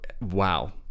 wow